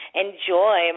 enjoy